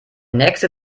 nächste